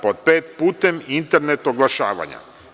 Pod pet, putem internet oglašavanja.